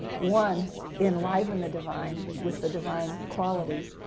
one enliven the divine with the divine qualities,